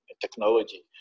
technology